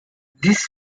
this